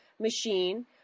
machine